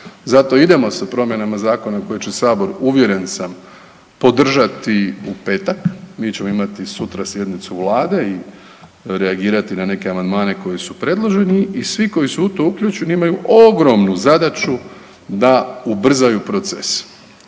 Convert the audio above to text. zato idemo sa promjenama zakona koji će sabor uvjeren sam podržati u petak. Mi ćemo imati sutra sjednicu vlade i reagirati na neke amandmane koji su predloženi i svi koji su u to uključeni imaju ogromnu zadaću da ubrzaju proces.